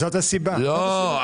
לא.